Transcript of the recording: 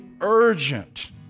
urgent